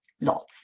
Lots